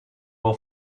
will